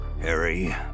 Harry